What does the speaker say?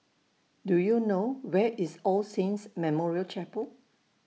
Do YOU know Where IS All Saints Memorial Chapel